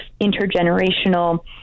intergenerational